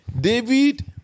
David